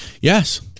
yes